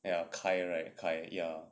ya 开 right 开 ya